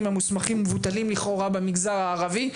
המוסמכים מבוטלים לכאורה במגזר הערבי.